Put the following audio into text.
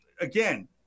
again